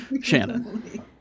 shannon